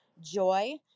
Joy